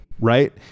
Right